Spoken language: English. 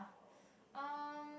um